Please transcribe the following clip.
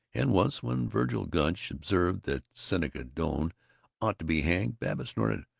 and once, when vergil gunch observed that seneca doane ought to be hanged, babbitt snorted,